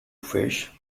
fish